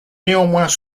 néanmoins